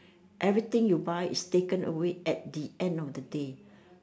everything you buy is taken away at the end of the day